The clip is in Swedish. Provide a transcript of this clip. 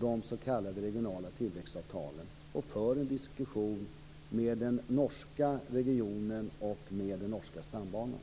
de s.k. regionala tillväxtavtalen och för en diskussion med representanter för den norska regionen och den norska stambanan.